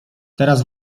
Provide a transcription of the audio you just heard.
teraz